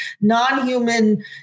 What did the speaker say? non-human